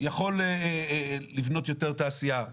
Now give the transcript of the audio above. יכול לבנות יותר תעשייה.